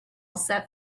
set